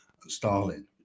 Stalin